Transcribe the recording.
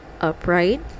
upright